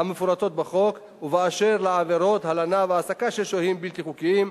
המפורטות בחוק ובאשר לעבירות הלנה והעסקה של שוהים בלתי חוקיים,